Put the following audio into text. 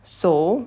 so